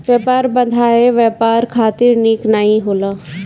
व्यापार बाधाएँ व्यापार खातिर निक नाइ होला